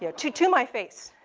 you know to to my face.